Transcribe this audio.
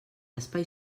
espai